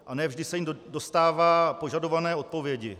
A ne vždy se jim dostává požadované odpovědi.